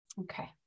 okay